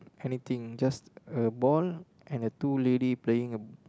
anything just a ball and a two lady playing a